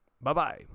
Bye-bye